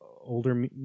older